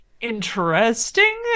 interesting